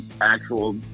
actual